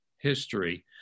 history